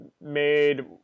made